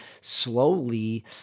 slowly